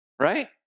right